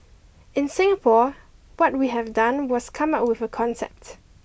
in Singapore what we have done was come up with a concept